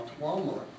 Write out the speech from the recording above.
Walmart